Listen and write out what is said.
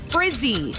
Frizzy